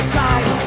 time